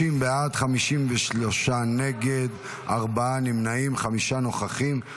30 בעד, 53 נגד, ארבעה נמנעים, חמישה נוכחים.